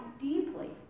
deeply